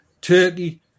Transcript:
turkey